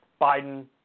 Biden